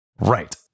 Right